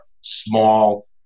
small